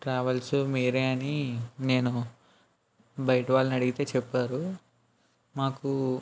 travels మీరే అని నేను బయట వాళ్ళని అడిగితే చెప్పారు మాకు